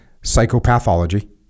Psychopathology